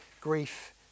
grief